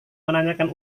menanyakan